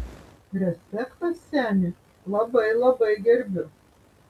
respektas seni labai labai gerbiu